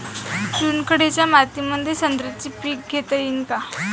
चुनखडीच्या मातीमंदी संत्र्याचे पीक घेता येईन का?